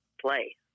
play